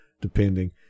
depending